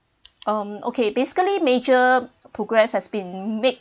um okay basically major progress has been made